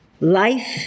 Life